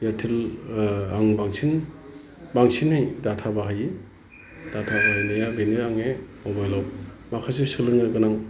Airtel आं बांसिन बांसिनै डाटा बाहायो डाटा बाहायनाया बेनो आंने मबाइलाव माखासे सोलोंनो गोनां